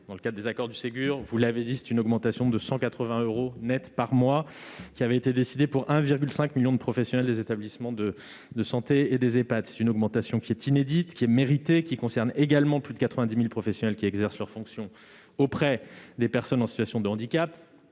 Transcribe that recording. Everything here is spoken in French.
Dans le cadre des accords du Ségur, vous l'avez dit, une augmentation de 180 euros net par mois avait été décidée pour 1,5 million de professionnels des établissements de santé et des Ehpad. Cette augmentation est inédite et méritée ; elle concerne également plus de 90 000 professionnels qui exercent leurs fonctions auprès de personnes en situation de handicap